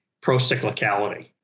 pro-cyclicality